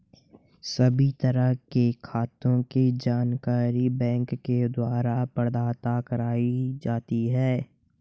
सभी तरह के खातों के जानकारी बैंक के द्वारा प्रदत्त कराई जाती है